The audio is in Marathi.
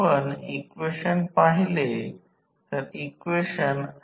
आम्ही K 1 ठेवले आहे कारण आम्ही पूर्वी K K 1विरुद्ध गुणाकार पाहिले आहे